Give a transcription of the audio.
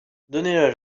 donnez